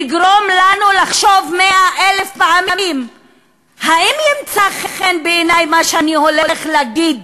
תגרום לנו לחשוב מאה-אלף פעמים אם ימצא חן מה שאני הולך להגיד